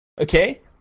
Okay